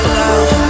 love